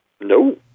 No